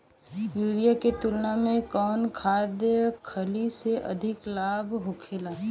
Urea के तुलना में कौन खाध खल्ली से अधिक लाभ होखे?